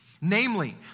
Namely